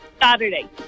Saturday